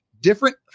different